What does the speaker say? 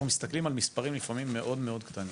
אנחנו מסתכלים על מספרים שהם לפעמים מאוד מאוד קטנים.